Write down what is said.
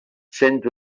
sent